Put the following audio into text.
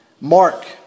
Mark